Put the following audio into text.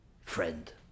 friend